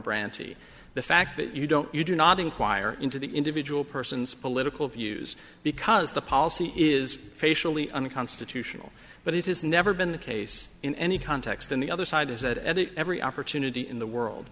brandy the fact that you don't you do not enquire into the individual person's political views because the policy is facially unconstitutional but it has never been the case in any context on the other side is that at every opportunity in the world